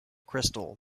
crystal